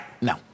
no